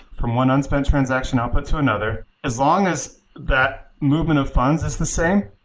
from one unspent transactions output to another, as long as that movement of funds is the same,